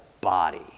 body